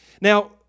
Now